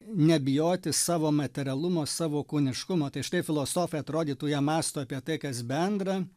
nebijoti savo materialumo savo kūniškumo tai štai filosofai atrodytų jie mąsto apie tai kas bendra